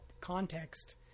context